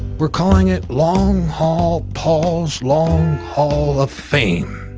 we're calling it long haul paul's, long haul of fame,